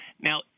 Now